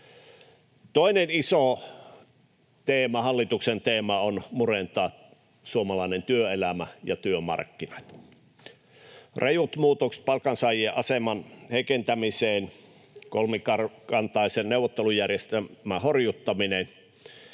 Toinen iso teema, hallituksen teema, on murentaa suomalainen työelämä ja työmarkkinat. Rajuilla muutoksilla palkansaajien aseman heikentämiseksi ja kolmikantaisen neuvottelujärjestelmän horjuttamisella